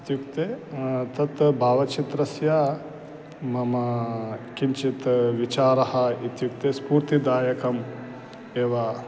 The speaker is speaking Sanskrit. इत्युक्ते तत् भावचित्रस्य मम किञ्चित् विचारः इत्युक्ते स्फूर्तिदायकम् एव